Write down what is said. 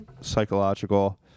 psychological